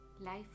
life